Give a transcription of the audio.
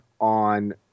on